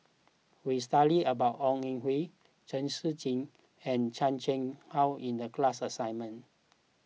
we studied about Ong Ah Hoi Chen Shiji and Chan Chang How in the class assignment